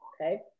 Okay